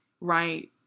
right